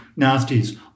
nasties